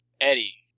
Eddie